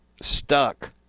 stuck